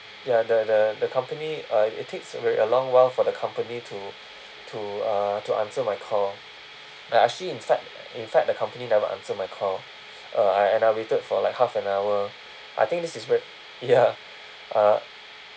ya the the the company uh it takes a long while for the company to to uh to answer my call ac~ actually in fact in fact the company never answer my call uh and I waited for like half an hour I think this is ver~ ya uh